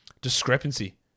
discrepancy